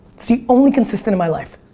it's the only consistent in my life.